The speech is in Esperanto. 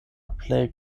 plej